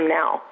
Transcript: now